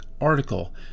article